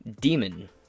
Demon